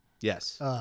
Yes